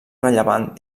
rellevant